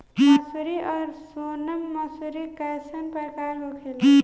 मंसूरी और सोनम मंसूरी कैसन प्रकार होखे ला?